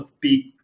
peak